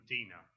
Dina